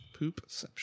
poopception